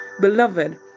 beloved